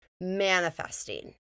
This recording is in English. manifesting